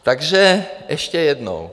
Takže ještě jednou.